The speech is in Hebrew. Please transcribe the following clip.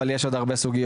אבל יש עוד הרבה סוגיות.